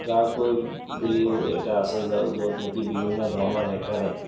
বুলিও এটা আছে য'ত নেকি বিভিন্ন ধৰণৰ হেকাৰে